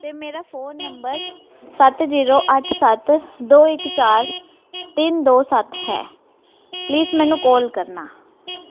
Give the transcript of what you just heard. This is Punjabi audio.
ਤੇ ਮੇਰਾ ਫੋਨ ਨੰਬਰ ਸੱਤ ਜੀਰੋ ਅੱਠ ਸੱਤ ਦੋ ਇੱਕ ਚਾਰ ਤਿੰਨ ਦੋ ਸੱਤ ਹੈ ਪਲੀਜ ਮੈਨੂੰ ਕਾਲ ਕਰਨਾ